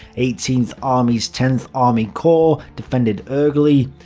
eighteenth army's tenth army corps defended ergli,